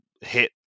hit